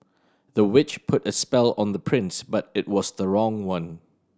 the witch put a spell on the prince but it was the wrong one